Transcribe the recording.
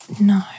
No